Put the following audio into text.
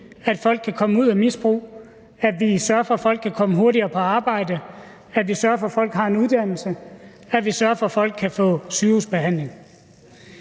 at folk kan komme ud af misbrug, at vi sørger for, at folk kan komme hurtigere på arbejde, at vi sørger for, at folk har en uddannelse, at vi sørger for, at folk kan få sygehusbehandling.